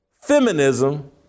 feminism